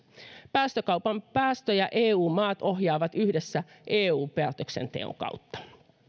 päästökaupan päästöjä eu maat ohjaavat yhdessä eu päätöksenteon kautta